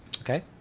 Okay